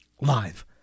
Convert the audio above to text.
live